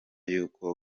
y’uko